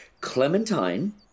Clementine